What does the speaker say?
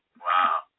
Wow